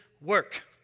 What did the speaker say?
work